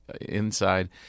inside